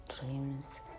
dreams